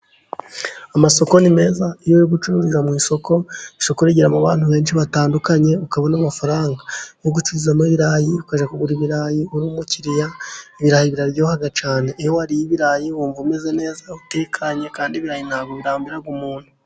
Amasoko ni meza iyo uri gucururiza mu isoko. Isoko rigeramo abantu benshi batandukanye, ukabona amafaranga. Nko gucuruzamo ibirayi ukajya kugura ibirayi, uri umukiriya. Ibirayi biraryoha cyane, iyo uriye ibirayi wumva umeze neza utekanye, kandi nta bwo birambira umuntu.